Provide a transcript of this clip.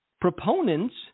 Proponents